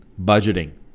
budgeting